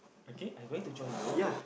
okay I going to join you